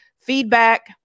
feedback